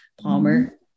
Palmer